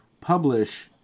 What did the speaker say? publish